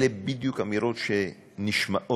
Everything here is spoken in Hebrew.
אלה בדיוק אמירות שנשמעות